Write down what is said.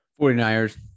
49ers